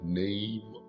name